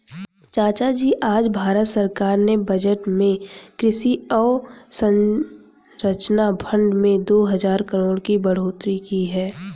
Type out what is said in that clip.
चाचाजी आज भारत सरकार ने बजट में कृषि अवसंरचना फंड में दो हजार करोड़ की बढ़ोतरी की है